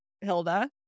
Hilda